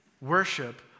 worship